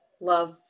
love